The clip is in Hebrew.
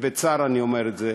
בצער אני אומר את זה.